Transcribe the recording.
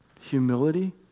Humility